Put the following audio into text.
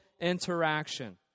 interaction